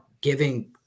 giving